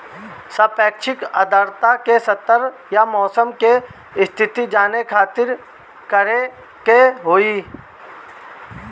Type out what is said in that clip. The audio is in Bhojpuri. सापेक्षिक आद्रता के स्तर या मौसम के स्थिति जाने खातिर करे के होई?